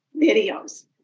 videos